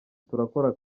turakora